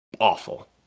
awful